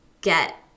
get